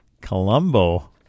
Colombo